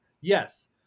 Yes